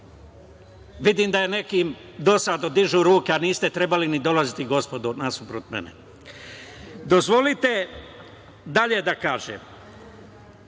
Vidim da je nekima dosadno, dižu ruke, a niste trebali ni dolaziti gospodo nasuprot mene. Dozvolite dalje da kažem,